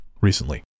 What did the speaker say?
recently